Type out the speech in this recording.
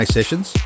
Sessions